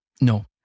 No